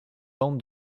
bande